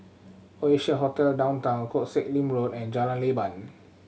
Oasia Hotel Downtown Koh Sek Lim Road and Jalan Leban